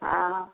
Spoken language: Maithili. हँ